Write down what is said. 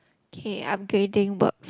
okay upgrading works